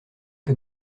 que